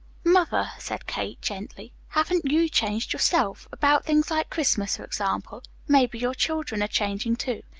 mother, said kate gently, haven't you changed, yourself, about things like christmas, for example? maybe your children are changing, too.